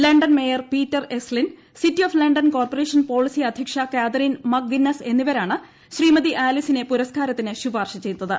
London mayor Peter Estlin City of London Corporation policy അധ്യക്ഷ Catherine McGuinness എന്നിവരാണ് ശ്രീമതി ആലിസിനെ പുരസ്കാരത്തിന് ശുപാർശ ചെയ്തത്